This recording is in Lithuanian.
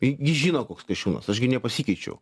ji ji žino koks kasčiūnas aš gi nepasikeičiau